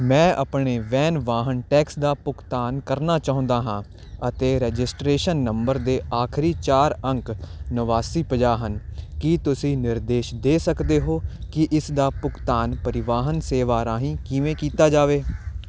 ਮੈਂ ਆਪਣੇ ਵੈਨ ਵਾਹਨ ਟੈਕਸ ਦਾ ਭੁਗਤਾਨ ਕਰਨਾ ਚਾਹੁੰਦਾ ਹਾਂ ਅਤੇ ਰਜਿਸਟ੍ਰੇਸ਼ਨ ਨੰਬਰ ਦੇ ਆਖਰੀ ਚਾਰ ਅੰਕ ਨਵਾਸੀ ਪੰਜਾਹ ਹਨ ਕੀ ਤੁਸੀਂ ਨਿਰਦੇਸ਼ ਦੇ ਸਕਦੇ ਹੋ ਕਿ ਇਸ ਦਾ ਭੁਗਤਾਨ ਪਰਿਵਾਹਨ ਸੇਵਾ ਰਾਹੀਂ ਕਿਵੇਂ ਕੀਤਾ ਜਾਵੇ